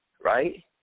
right